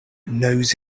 knows